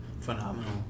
phenomenal